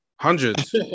hundreds